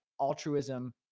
altruism